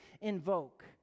invoke